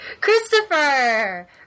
Christopher